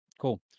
Cool